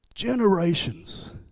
Generations